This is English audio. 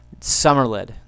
Summerlid